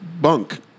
bunk